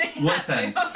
Listen